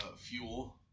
fuel